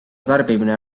tarbimine